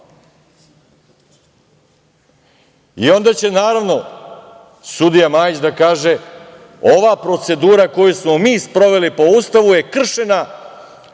i onda će naravno sudija Majić da kaže - ova procedura koju smo mi sproveli po Ustavu je kršena,